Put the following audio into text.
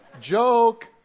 Joke